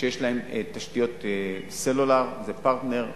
שיש להן תשתיות סלולר: זה "פרטנר",